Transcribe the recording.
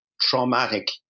traumatic